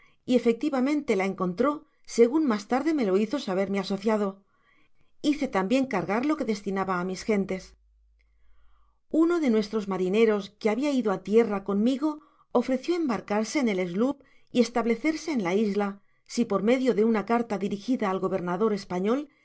y efectivamente la encontró segun mas tarde me lo hizo saber mi asociado hice tambien cargar lo que destinaba á mis gentes content from google book search generated at uno de nuestros marineros que babia ido á tierra conmigo ofreció embarcarse en el sloop y establecerse en la isla si por medio de una carta dirigida al gobernador